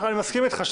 אני מסכים אתך.